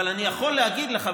אבל אני יכול להגיד לך,